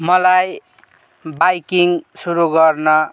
मलाई बाइकिङ सुरु गर्न